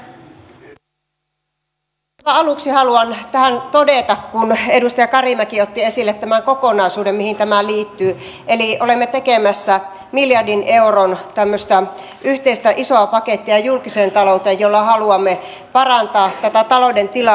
aivan aluksi haluan tähän todeta kun edustaja karimäki otti esille tämän kokonaisuuden mihin tämä liittyy että olemme tekemässä miljardin euron yhteistä isoa pakettia julkiseen talouteen jolla haluamme parantaa tätä talouden tilaa